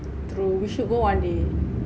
true we should go one day